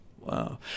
Wow